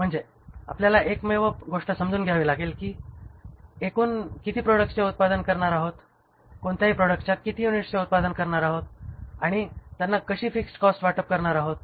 म्हणजे आपल्याला एकमेव गोष्ट समजून घ्यावी लागेल कि आपण एकूण किती प्रॉडक्ट्सचे उत्पादन करणार आहोत कोणत्या प्रॉडक्ट्सच्या किती युनिट्सचे उत्पादन करणार आहोत आणि त्यांना कशी फिक्स्ड कॉस्ट वाटप करणार आहोत